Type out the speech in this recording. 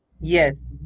Yes